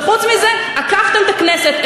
וחוץ מזה, עקפתם את הכנסת.